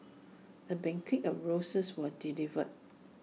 A bouquet of roses was delivered